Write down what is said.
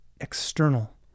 external